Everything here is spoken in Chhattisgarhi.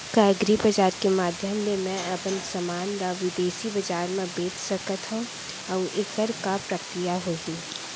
का एग्रीबजार के माधयम ले मैं अपन समान ला बिदेसी बजार मा बेच सकत हव अऊ एखर का प्रक्रिया होही?